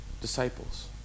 disciples